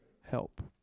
help